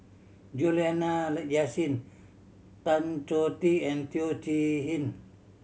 Juliana Yasin Tan Choh Tee and Teo Chee Hean